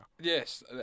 Yes